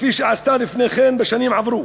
כפי שנעשה לפני כן, בשנים עברו.